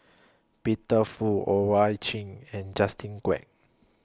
Peter Fu Owyang Chi and Justin Quek